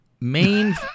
Main